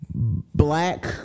black